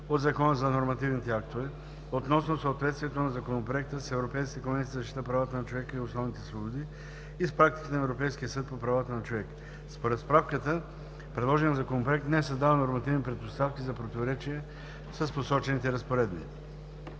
от Закона за нормативните актове относно съответствието на Законопроекта с Европейската конвенция за защита правата на човека и основните свободи (ЕКЗПЧОС) и с практиката на Европейския съд по правата на човека (ЕСПЧ). Според справката предложеният законопроект не създава нормативни предпоставки за противоречие с разпоредбите